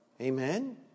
Amen